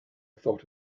thought